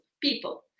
people